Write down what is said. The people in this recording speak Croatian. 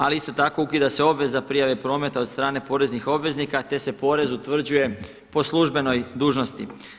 Ali isto tako, ukida se obveza prijave prometa od strane poreznih obveznika te se porez utvrđuje po službenoj dužnosti.